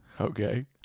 Okay